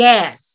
Yes